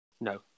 No